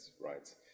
right